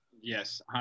yes